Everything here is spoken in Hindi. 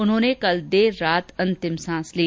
उन्होंने कल देर रात अंतिम सांस ली